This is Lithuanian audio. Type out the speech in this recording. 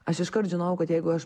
aš iškart žinojau kad jeigu aš